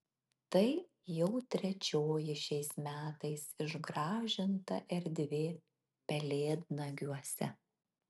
tai jau trečioji šiais metais išgražinta erdvė pelėdnagiuose